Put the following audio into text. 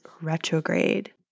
retrograde